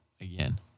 again